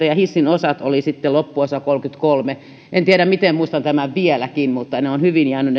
ja hissin osat olivat sitten loppuosa kolmekymmentäkolme en tiedä miten muistan tämän vieläkin mutta ne tullikoodit ovat hyvin jääneet